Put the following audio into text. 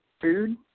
Food